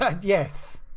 Yes